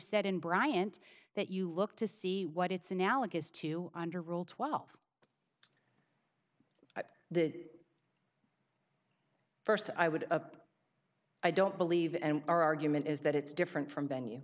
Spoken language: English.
said in bryant that you look to see what it's analogous to under rule twelve the first i would i don't believe and our argument is that it's different from venue